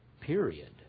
Period